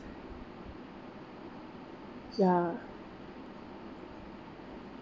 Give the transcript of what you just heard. ya